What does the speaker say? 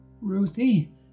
Ruthie